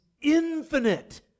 infinite